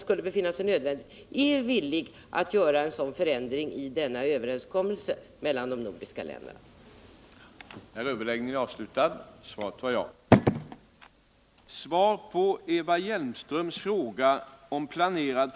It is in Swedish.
Anser utrikesministern att försäljning av svenska patrullbåtar till Oman står i överensstämmelse med riksdagens beslut om reglerna för vapenexport?